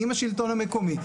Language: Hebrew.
עם השלטון המקומי,